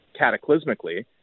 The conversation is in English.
cataclysmically